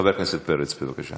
חבר הכנסת פרץ, בבקשה.